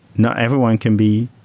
not everyone can be